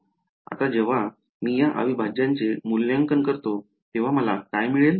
आता जेव्हा मी या अविभाज्याचे मूल्यांकन करतो तेव्हा मला काय मिळेल